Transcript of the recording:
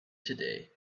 today